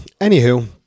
anywho